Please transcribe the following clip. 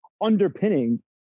underpinning